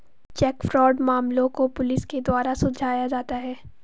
check fraud मामलों को police के द्वारा सुलझाया जाता है